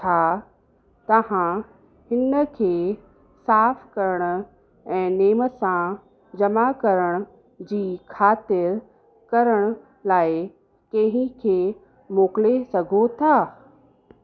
छा तव्हां हिन खे साफ़ करण ऐं नेम सां जमा करण जी खातिर करण लाइ कंहिं खे मोकिले सघो था